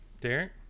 Derek